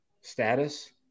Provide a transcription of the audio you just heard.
status